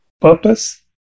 Purpose